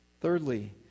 Thirdly